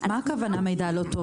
מה זה מידע לא טוב?